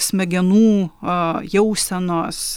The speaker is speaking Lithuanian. smegenų a jausenos